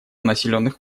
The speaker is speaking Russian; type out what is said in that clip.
населенных